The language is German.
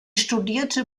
studierte